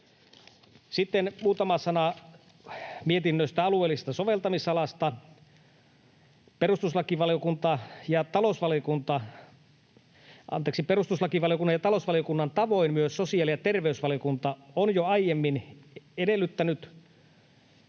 Sitten muutama sana mietinnöstä alueellisesta soveltamisalasta. Perustuslakivaliokunnan ja talousvaliokunnan tavoin myös sosiaali‑ ja terveysvaliokunta on jo aiemmin edellyttänyt